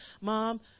Mom